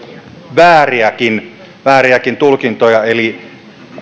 vääriäkin vääriäkin tulkintoja eli siltä osin